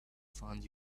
find